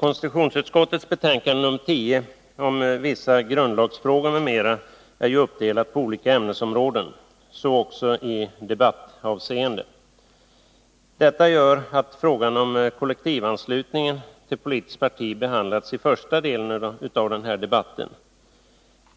Konstitutionsutskottets betänkande nr 10 om vissa grundlagsfrågor m.m. är ju uppdelat i olika ämnesområden. Så är det också i debattavseende. Detta gör att frågan om kollektivanslutningen till politiskt parti behandlats i första delen av den här debatten.